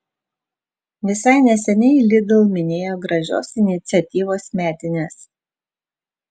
visai neseniai lidl minėjo gražios iniciatyvos metines